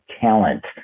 talent